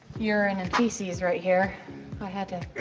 urine and feces right here i had to.